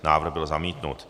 Návrh byl zamítnut.